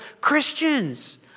Christians